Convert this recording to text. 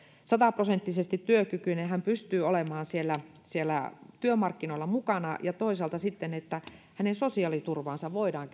sataprosenttisesti työkykyinen pystyy olemaan työmarkkinoilla mukana ja toisaalta että hänen sosiaaliturvaansa voidaan